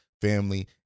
family